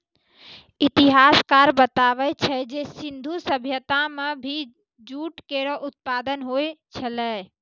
इतिहासकार बताबै छै जे सिंधु सभ्यता म भी जूट केरो उत्पादन होय छलै